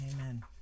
Amen